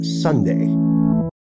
Sunday